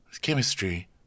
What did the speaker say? Chemistry